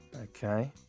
Okay